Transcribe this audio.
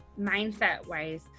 Mindset-wise